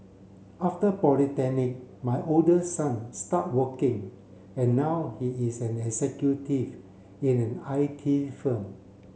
after polytechnic my oldest son start working and now he is an executive in an I T firm